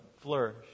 flourish